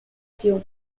più